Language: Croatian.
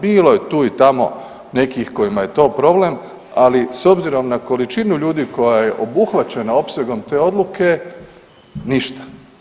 Bilo je tu i tamo nekih kojima je to problem, ali s obzirom na količinu ljudi koja je obuhvaćena opsegom te odluke, ništa.